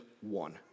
one